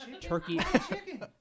turkey